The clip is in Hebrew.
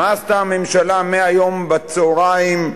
מה עשתה הממשלה מהיום בצהריים,